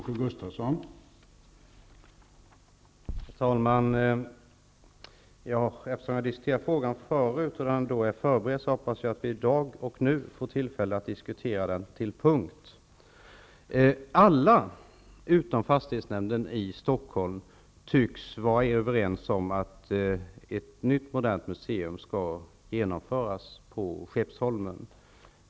Herr talman! Eftersom vi har diskuterat frågan tidigare och den därmed är förberedd, hoppas jag att vi i dag får tillfälle att diskutera den till punkt. Alla utom fastighetsnämnden i Stockholm tycks vara överens om att ett nytt modernt museum skall byggas på Skeppsholmen.